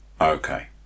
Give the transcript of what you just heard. okay